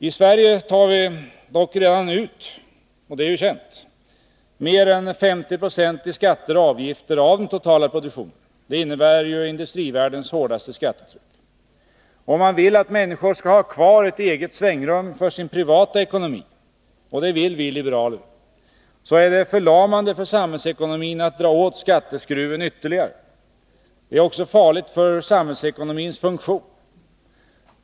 I Sverige tar vi dock redan ut — och det är känt — mer än 50 96 av den totala produktionen i skatter och avgifter. Det innebär industrivärldens hårdaste Nr 52 skattetryck. Om man vill att människor skall ha kvar ett eget svängrum för sin Torsdagen den privata ekonomi — och det vill vi liberaler — går det inte att dra åt 16 december 1982 skatteskruven ytterligare. Det skulle vara förlamande för samhällsekonomin och dess funktion.